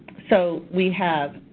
so we have,